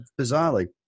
Bizarrely